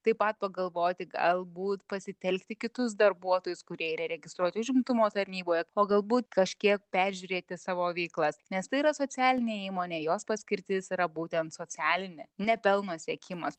taip pat pagalvoti galbūt pasitelkti kitus darbuotojus kurie yra registruoti užimtumo tarnyboje o galbūt kažkiek peržiūrėti savo veiklas nes tai yra socialinė įmonė jos paskirtis yra būtent socialinė ne pelno siekimas